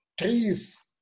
trees